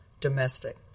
domestic